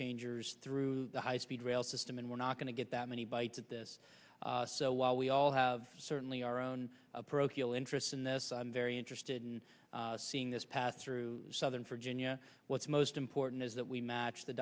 changers through the high speed rail system and we're not going to get that many bites at this so while we all have certainly our own a parochial interest in this i'm very interested in seeing this pass through southern virginia what's most important is that we match the